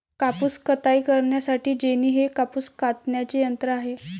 कापूस कताई करण्यासाठी जेनी हे कापूस कातण्याचे यंत्र आहे